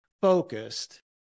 focused